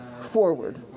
forward